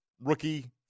rookie